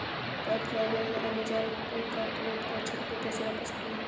cab driver ने Amazon Pay का प्रयोग कर छुट्टे पैसे वापस किए